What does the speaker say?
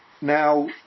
now